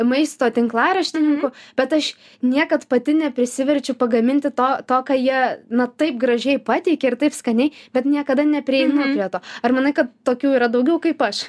maisto tinklaraštininkų bet aš niekad pati neprisiverčiu pagaminti to to ką jie na taip gražiai pateikia ir taip skaniai bet niekada neprieinu prie to ar manai kad tokių yra daugiau kaip aš